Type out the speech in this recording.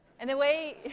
and the way